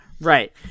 right